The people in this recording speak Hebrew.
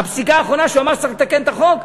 הפסיקה האחרונה שהוא אמר שצריך לתקן את החוק,